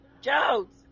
Jones